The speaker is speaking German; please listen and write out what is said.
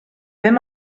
wenn